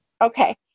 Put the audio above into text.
Okay